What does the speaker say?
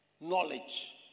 knowledge